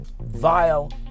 vile